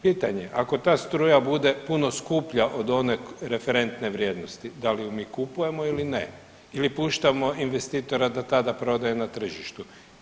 Pitanje, ako ta struja bude puno skuplja od one referentne vrijednosti da li je mi kupujemo ili ne ili puštamo investitora da tada prodaje na tržištu.